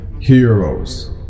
heroes